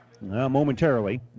momentarily